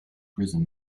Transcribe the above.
prison